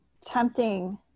tempting